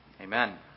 Amen